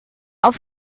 auf